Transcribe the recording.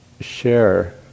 share